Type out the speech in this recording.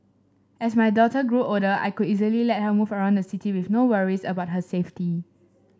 as my daughter grew older I could easily let her move around the city with no worries about her safety